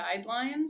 guidelines